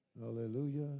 Hallelujah